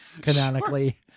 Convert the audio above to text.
canonically